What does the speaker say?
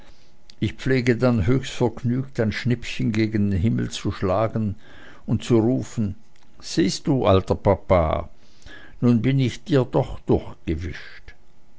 ich pflege dann höchst vergnügt ein schnippchen gegen den himmel zu schlagen und zu rufen siehst du alter papa nun bin ich dir doch